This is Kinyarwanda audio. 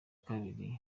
kabiri